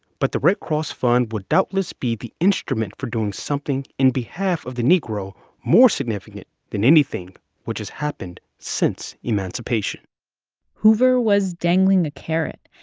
but the red cross fund will doubtless be the instrument for doing something in behalf of the negro more significant than anything which has happened since emancipation hoover was dangling a carrot,